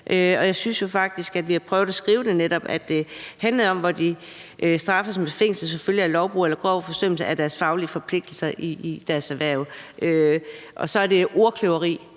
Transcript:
Jeg synes jo faktisk, at vi netop har prøvet at skrive, at det handler om de tilfælde, hvor nogen straffes med fængsel som følge af lovbrud eller grov forsømmelse af deres faglige forpligtelser i deres erhverv. Så det andet er ordkløveri,